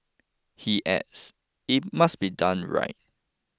he adds it must be done right